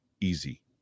easy